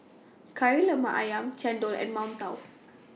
Kari Lemak Ayam Chendol and mantou